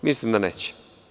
Ja mislim da neće.